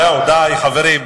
די, חברים.